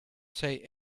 say